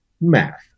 math